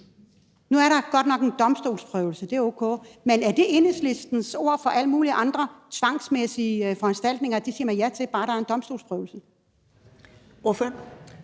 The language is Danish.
Nu er der godt nok en domstolsprøvelse, og det er ok. Men er det Enhedslistens ord i forhold til alle mulige andre tvangsmæssige foranstaltninger, altså at det siger man ja til, bare der er en domstolsprøvelse?